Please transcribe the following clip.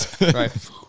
Right